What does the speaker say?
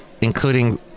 including